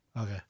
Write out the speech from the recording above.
Okay